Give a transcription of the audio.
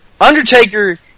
Undertaker